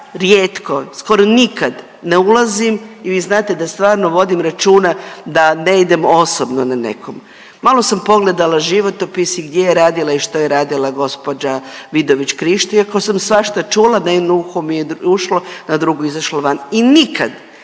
rijetko, skoro nikad ne ulazim i vi znate da stvarno vodim računa da ne idem osobno na nekom. Malo sam pogledala životopis i gdje je radila i što je radila gđa. Vidović Krišto iako sam svašta čula, na jedno uho mi je ušlo, na drugo izašlo van i nikad,